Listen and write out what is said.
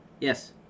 Yes